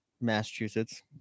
Massachusetts